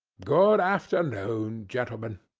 good afternoon, gentlemen!